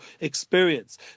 experience